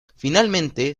finalmente